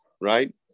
right